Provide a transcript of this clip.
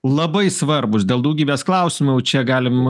labai svarbūs dėl daugybės klausimų jau čia galim